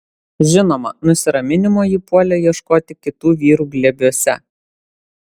žinoma nusiraminimo ji puolė ieškoti kitų vyrų glėbiuose